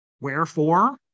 Wherefore